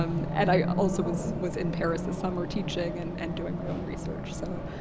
um and i also was was in paris this summer teaching and and doing my own research, so.